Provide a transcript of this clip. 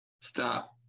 Stop